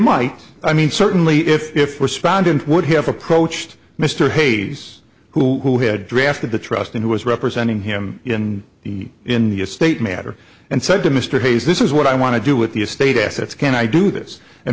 might i mean certainly if if were sponsored would have approached mr hayes who had drafted the trustee who was representing him in the in the estate matter and said to mr hayes this is what i want to do with the estate assets can i do this and